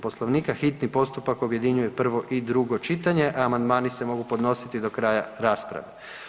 Poslovnika hitni postupak objedinjuje prvo i drugo čitanje, a amandmani se mogu podnositi do kraja rasprave.